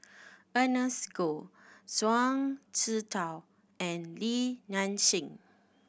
Ernest Goh Zhuang Shengtao and Li Nanxing